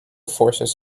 forces